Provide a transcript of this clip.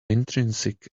intrinsic